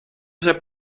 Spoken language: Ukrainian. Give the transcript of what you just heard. вже